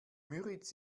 müritz